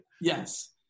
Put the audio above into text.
yes